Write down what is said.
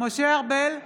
משה ארבל,